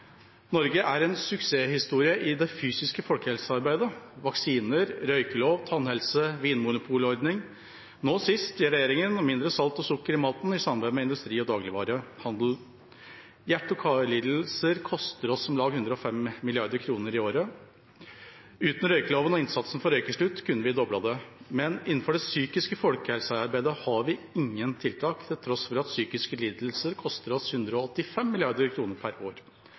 Norge er en suksesshistorie når det gjelder det fysiske folkehelsearbeidet – vaksiner, røykelov, tannhelse, vinmonopolordning og, nå sist, at regjeringa vil ha mindre salt og sukker i maten, i samarbeid med industri og dagligvarehandel. Hjerte- og karlidelser koster oss om lag 105 mrd. kr i året. Uten røykeloven og innsatsen for røykeslutt kunne vi doblet det. Men innenfor det psykiske folkehelsearbeidet har vi ingen tiltak, til tross for at psykiske lidelser koster oss 185 mrd. kr per år.